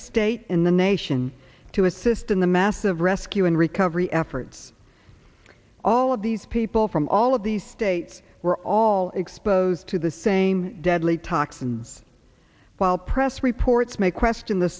state in the nation to assist in the massive rescue and recovery efforts all of these people from all of these states were all exposed to the same deadly toxins while press reports may question the